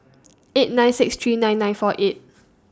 eight nine six three nine nine four eight